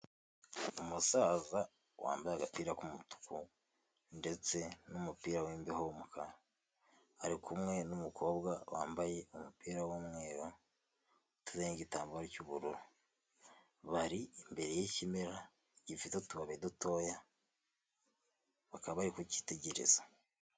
Umusaza wambaye agapira k'umutuku ndetse n'umupira w'imbeho w'umukara ari kumwe n'umukobwa wambaye umupira w'umweru, witeze n'igitambaro cy'ubururu bari imbere y'ikimera gifite utubabi dutoya bakaba bari kukitegereza.